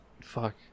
Fuck